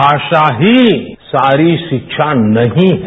भाषा ही सारी शिक्षा नहीं है